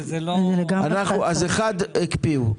אחת, הקפיאו.